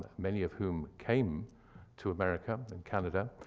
many of whom came to america and canada,